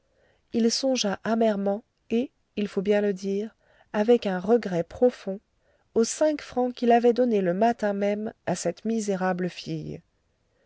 il songea amèrement et il faut bien le dire avec un regret profond aux cinq francs qu'il avait donnés le matin même à cette misérable fille